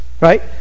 right